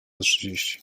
trzydzieści